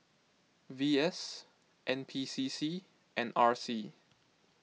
V S N P C C and R C